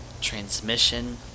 Transmission